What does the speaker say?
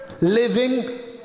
living